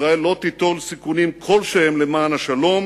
ישראל לא תיטול סיכונים כלשהם למען השלום